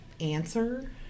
answer